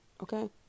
Okay